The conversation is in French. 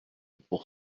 pour